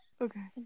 okay